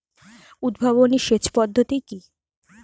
উদ্ভাবনী সেচ পদ্ধতি কি?